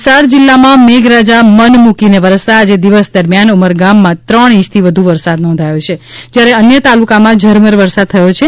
વલસાડ જિલ્લામાં મેઘરાજા મન મૂકીને વરસતા આજે દિવસ દરમ્યાન ઉમરગામમાં ત્રણ ઇંચથી વધુ વરસાદ નોંધાયો છે જયારે અન્ય તાલુકામાં ઝરમર વરસાદ થયો હતો